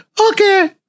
Okay